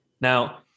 Now